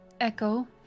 echo